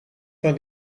van